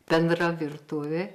bendra virtuvė